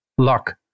Luck